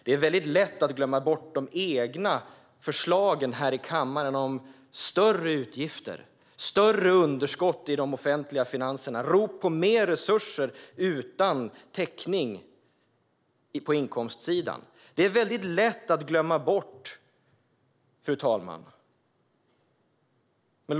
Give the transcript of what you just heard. Det är väldigt lätt att glömma bort de egna förslagen här i kammaren om större utgifter, större underskott i de offentliga finanserna och rop på mer resurser utan täckning på inkomstsidan. Det är väldigt lätt att glömma bort detta, fru talman.